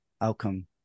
outcome